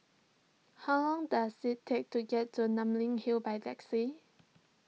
how long does it take to get to Namly Hill by taxi